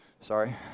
sorry